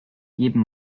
jedem